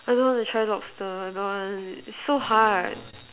I don't want to try lobster I don't want it's so hard